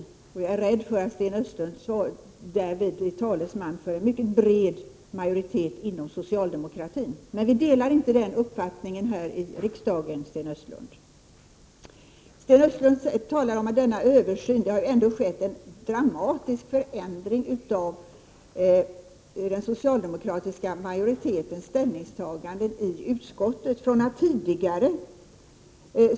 Jag är rädd för att Sten Östlund därvid är talesman för en mycket bred majoritet inom socialdemokratin. Men här i riksdagen delar vi inte den uppfattningen, Sten Östlund! Sten Östlund talar om denna översyn. Det har ändå skett en dramatisk förändring av den socialdemokratiska majoritetens ställningstagande i utskottet.